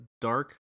dark